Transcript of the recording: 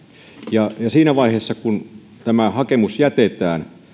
se siinä vaiheessa kun tämä hakemus jätetään